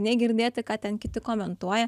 negirdėti ką ten kiti komentuoja